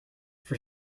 for